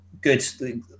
good